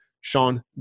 Sean